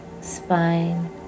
spine